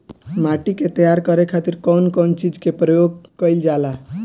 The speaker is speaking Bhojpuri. माटी के तैयार करे खातिर कउन कउन चीज के प्रयोग कइल जाला?